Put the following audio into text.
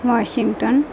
Washington